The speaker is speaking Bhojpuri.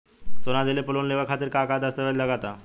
सोना दिहले पर लोन लेवे खातिर का का दस्तावेज लागा ता?